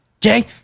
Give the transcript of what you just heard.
Jay